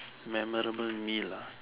memorable meal ah